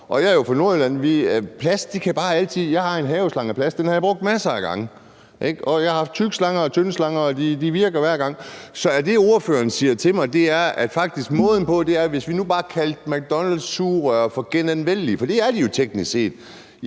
Jeg er jo fra Nordjylland, og jeg har en haveslange af plast, og den har jeg brugt masser af gange. Jeg har haft tykke slanger og tynde slanger, og de virker hver gang. Så er det, ordføreren siger til mig, faktisk, at måden at gøre det her på er, at vi f.eks. bare kunne kalde McDonald's sugerør for genanvendelige? For det er de jo teknisk set.